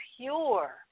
pure